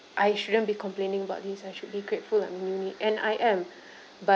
I shouldn't be complaining about this I should be grateful and mean it and I am